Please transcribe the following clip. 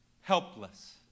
helpless